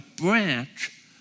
branch